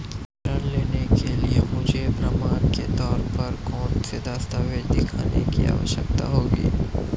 ऋृण लेने के लिए मुझे प्रमाण के तौर पर कौनसे दस्तावेज़ दिखाने की आवश्कता होगी?